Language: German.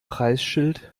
preisschild